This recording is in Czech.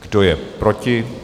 Kdo je proti?